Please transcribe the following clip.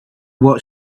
what